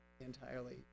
entirely